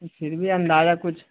پھر بھی اندازہ کچھ